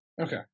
Okay